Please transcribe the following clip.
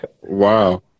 Wow